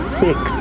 six